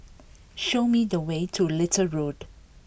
show me the way to Little Road